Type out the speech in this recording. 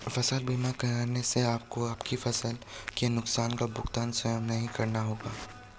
फसल बीमा कराने से आपको आपकी फसलों के नुकसान का भुगतान स्वयं नहीं करना होगा